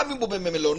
גם אם הוא במלונית,